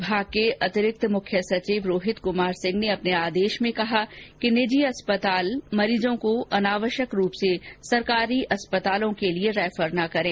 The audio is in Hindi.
विमाग के अतिरिक्त मुख्य सचिव रोहित कुमार सिंह ने अपने आदेश में कहा कि निजी अस्पताल मरीजों को अनावश्यक रूप से सरकारी अस्पतालों में रैफर न करें